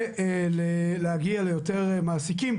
והגיע ליותר מעסיקים,